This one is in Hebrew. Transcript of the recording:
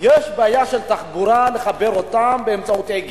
יש בעיה של תחבורה, נחבר אותם באמצעות "אגד"